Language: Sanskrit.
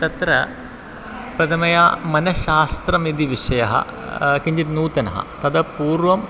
तत्र प्रथमया मनःशास्त्रम् इति विषयः किञ्चित् नूतनः ततः पूर्वं